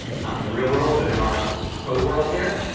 not in the real world, but in our code world here?